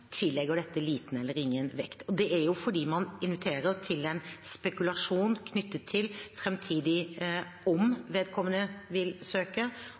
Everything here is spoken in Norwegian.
tillegger dette liten eller ingen vekt, og det er fordi man inviterer til en spekulasjon knyttet til det framtidige: 1) om vedkommende vil søke,